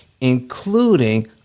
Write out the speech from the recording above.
including